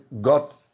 got